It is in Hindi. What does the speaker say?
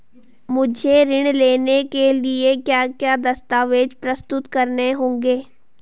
मुझे ऋण लेने के लिए क्या क्या दस्तावेज़ प्रस्तुत करने होंगे?